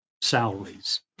salaries